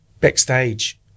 backstage